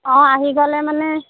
অঁ আহি গ'লে মানে